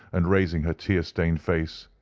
and raising her tear-stained face.